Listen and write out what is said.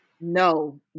No